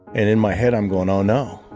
and in my head, i'm going, oh no.